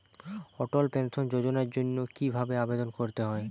অটল pension যোজনার জন্য কি ভাবে আবেদন করতে হয়?